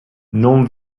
non